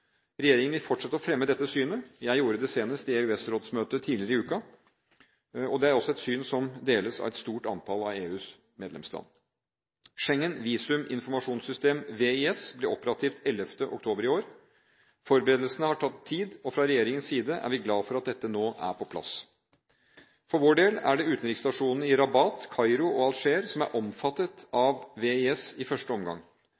Regjeringen vil fortsette å fremme dette synet – jeg gjorde det senest i EUs rådsmøte tidligere i uken. Det er også et syn som deles av et stort antall av EUs medlemsland. Schengen visuminformasjonssystem, VIS, ble operativt 11. oktober i år. Forberedelsene har tatt tid, og fra regjeringens side er vi glad for at dette nå er på plass. For vår del er det utenriksstasjonene i Rabat, Kairo og Alger som er omfattet av VIS i første omgang.